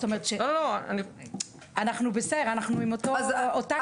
אנחנו עם אותה כוונה.